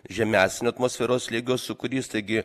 žemesnio atmosferos slėgio sūkurys taigi